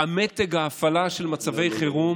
מתג ההפעלה של מצבי חירום,